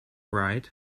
right